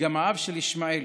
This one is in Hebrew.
וגם האב של ישמעאל.